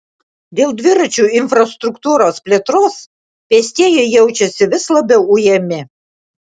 dėl dviračių infrastruktūros plėtros pėstieji jaučiasi vis labiau ujami